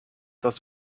das